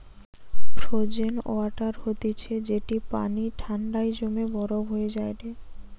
frozen water হতিছে যেটি পানি ঠান্ডায় জমে বরফ হয়ে যায়টে